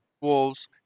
wolves